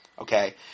okay